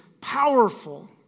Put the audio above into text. powerful